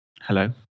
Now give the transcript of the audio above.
Hello